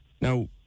Now